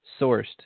sourced